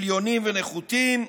עליונים ונחותים,